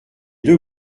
deux